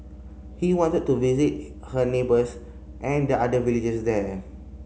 he wanted to visit her neighbours and the other villagers there